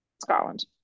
scotland